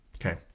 Okay